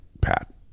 pat